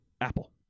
Apple